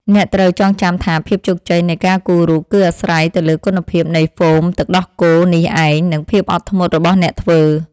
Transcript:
អ្នកត្រូវចងចាំថាភាពជោគជ័យនៃការគូររូប គឺអាស្រ័យទៅលើគុណភាពនៃហ្វូមទឹកដោះគោនេះឯង និងភាពអត់ធ្មត់របស់អ្នកធ្វើ។